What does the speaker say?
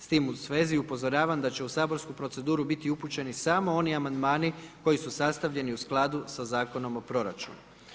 S tim u svezi upozoravam da će u saborsku proceduru biti upućeni samo oni amandmani koji su sastavljeni u skladu sa Zakonom o proračunu.